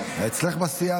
מפריע.